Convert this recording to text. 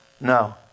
No